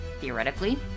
Theoretically